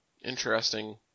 interesting